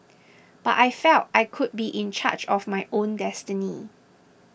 but I felt I could be in charge of my own destiny